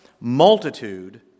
multitude